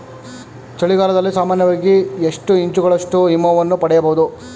ಚಳಿಗಾಲದಲ್ಲಿ ಸಾಮಾನ್ಯವಾಗಿ ಎಷ್ಟು ಇಂಚುಗಳಷ್ಟು ಹಿಮವನ್ನು ಪಡೆಯಬಹುದು?